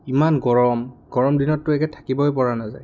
ইমান গৰম গৰমদিনতটো একে থাকিবই পৰা নাযায়